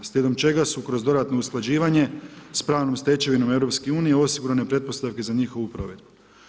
Slijedom čega su kroz dodatno usklađivanje s pravom stečevinom EU osigurane pretpostavke za njihovu provedbu.